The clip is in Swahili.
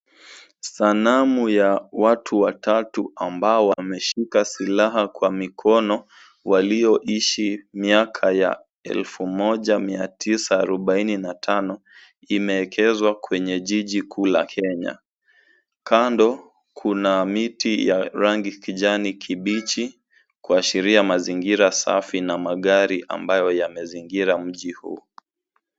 Sanamu ya watu watatu ambao waneshika silaha kwa mikono walioishi miaka ya elfu moja mia tisa arubaini na tano, imeegezwa kwenye jiji kuu la Kenya. Kando kuna miti ya rangi kijani kibichi kuashiria mazingira safi na magari ambayo yamezingira mji huu.